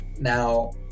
Now